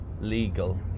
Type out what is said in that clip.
legal